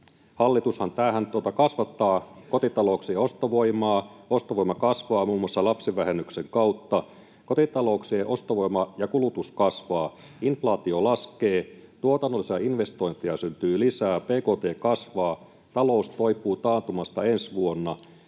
hallitushan kasvattaa kotitalouksien ostovoimaa: ostovoima kasvaa muun muassa lapsivähennyksen kautta. Kotitalouksien ostovoima ja kulutus kasvavat, inflaatio laskee, tuotannollisia investointeja syntyy lisää, bkt kasvaa, talous toipuu taantumasta ensi vuonna,